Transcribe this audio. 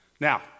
Now